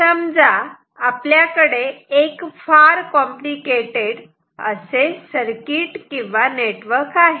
समजा आपल्याकडे एक फार कॉम्प्लिकेटेड असे सर्किट किंवा नेटवर्क आहे